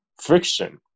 friction